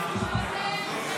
שהם תומכי